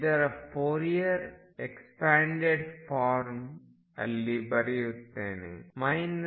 ಇದರ Fourier expanded form ಅಲ್ಲಿ ಬರೆಯುತ್ತೇನೆ